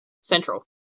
Central